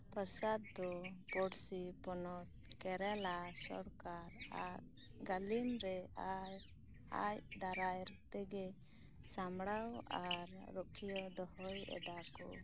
ᱯᱨᱚᱥᱟᱫᱽ ᱫᱚ ᱯᱚᱲᱥᱤ ᱯᱚᱱᱚᱛ ᱠᱮᱨᱟᱞᱟ ᱥᱚᱨᱠᱟᱨ ᱟᱜ ᱜᱟᱞᱤᱢ ᱨᱮ ᱟᱨ ᱟᱡ ᱫᱟᱨᱟᱭ ᱛᱮᱜᱮ ᱥᱟᱢᱵᱽᱲᱟᱣ ᱟᱨ ᱨᱩᱠᱷᱭᱟᱹ ᱫᱚᱦᱚᱭ ᱮᱫᱟ ᱠᱚ